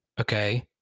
okay